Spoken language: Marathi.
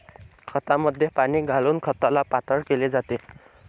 खतामध्ये पाणी घालून खताला पातळ केले जाते